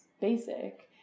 basic